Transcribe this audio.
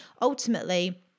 ultimately